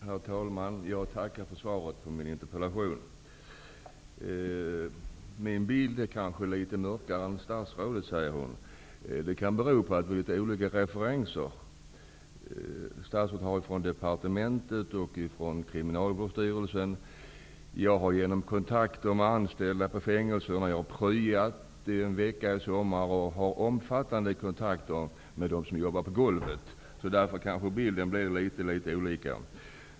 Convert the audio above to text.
Herr talman! Jag tackar för svaret på min interpellation. Statsrådet säger att min bild kanske är litet mörkare än hennes. Det kan bero på att vi har olika referenser. Statsrådet har fått sina från departementet och från Kriminalvårdsstyrelsen, och jag har fått mina genom kontakter med anställda på fängelserna. Jag pryade en vecka i somras och har omfattande kontakter med dem som jobbar på golvet. Därför blir bilderna kanske litet olika.